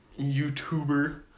YouTuber